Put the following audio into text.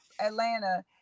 Atlanta